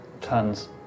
Tons